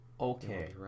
Okay